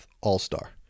All-star